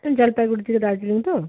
জলপাইগুড়ি থেকে দার্জিলিং তো